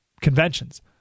conventions